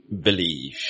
believe